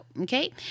Okay